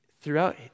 throughout